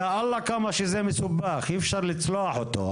יא אללה כמה שזה מסובך, אי אפשר לצלוח את זה.